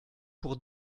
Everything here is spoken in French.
pour